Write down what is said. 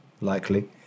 likely